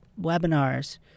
webinars